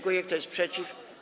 Kto jest przeciw?